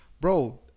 bro